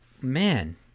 man